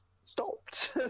stopped